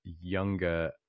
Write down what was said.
younger